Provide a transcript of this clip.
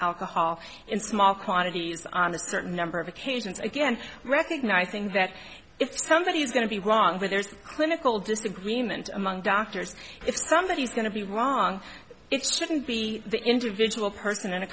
alcohol in small quantities on a certain number of occasions again recognizing that if somebody is going to be wrong with there's clinical disagreement among doctors if somebody is going to be wrong it's shouldn't be the individual person in a